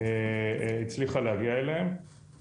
היקף אדיר של השקעות הון-סיכון שהוא חסר תקדים,